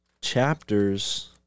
chapters